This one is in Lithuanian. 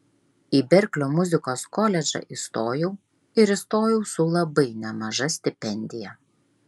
į berklio muzikos koledžą įstojau ir įstojau su labai nemaža stipendija